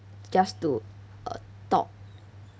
just to uh talk